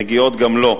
מגיעות גם לו.